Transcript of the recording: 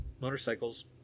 motorcycles